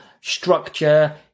structure